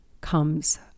comes